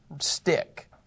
stick